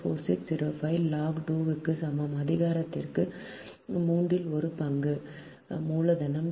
4605 log 2 க்கு சமம் அதிகாரத்திற்கு மூன்றில் ஒரு பங்கு மூலதனம் D க்கு r 0